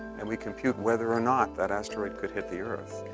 and we compute whether or not that asteroid could hit the earth.